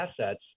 assets